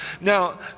Now